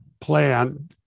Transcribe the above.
plan